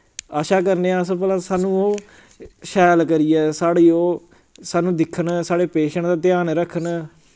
आशा करने आं अस भला सानूं ओह् शैल करियै साढ़ी ओह् सानूं दिक्खन साढ़े पेशैंट दा ध्यान रक्खन